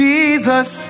Jesus